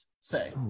say